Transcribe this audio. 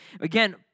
Again